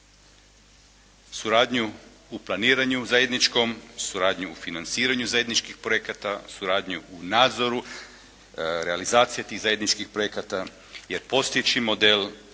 suradnju u planiranju zajedničkom, suradnju u financiranju zajedničkih projekata, suradnju u nadzoru realizacije tih zajedničkih projekata jer postojeći model